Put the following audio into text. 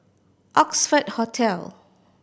Oxford Hotel